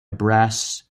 brass